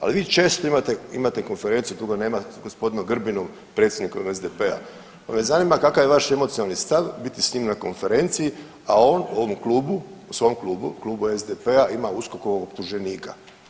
Ali vi često imate, imate konferenciju kluba, nema gospodinu Grbinu predsjednikom SDP-a pa me zanima kakav je vaš emocionalan stav biti s njim na konferenciji, a on u ovom klubu u svom klubu, Klubu SDP-a imam USKOK-ovog optuženika.